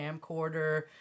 camcorder